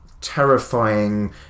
terrifying